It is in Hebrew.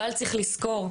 אבל צריך לזכור,